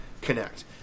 connect